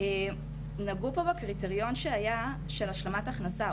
נגעו פה בקריטריון שהיה של השלמת הכנסה,